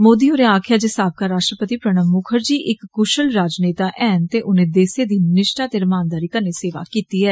मोदी होरें आक्खेआ जे साबका राश्ट्रपति प्रणव मुखर्जी इक कुषल राजनेता ऐन ते उनें देसे दी निश्ठा ते रमानदारी कन्नै सेवा किती ऐ